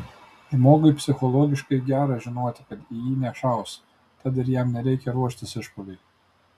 žmogui psichologiškai gera žinoti kad į jį nešaus tad ir jam nereikia ruoštis išpuoliui